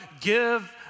give